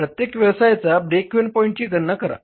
प्रत्येक व्यवसायाच्या break even पॉईंटची गणना करा